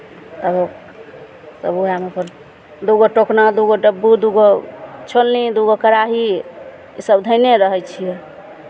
तब तब उएहमे अपन दू गो टोकना दू गो डब्बुक दू गो छोलनी दू गो कराही इसभ धयने रहै छियै